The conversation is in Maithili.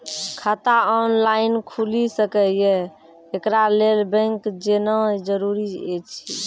खाता ऑनलाइन खूलि सकै यै? एकरा लेल बैंक जेनाय जरूरी एछि?